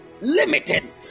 limited